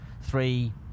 three